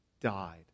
died